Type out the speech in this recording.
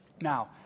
Now